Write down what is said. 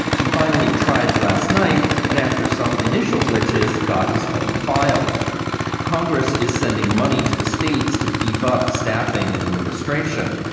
he finally tried tuesday night and after some initial glitches, got his claim filed congress is sending money to the states to beef up staffing and administration.